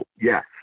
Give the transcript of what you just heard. yes